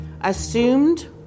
assumed